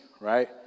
right